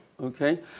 Okay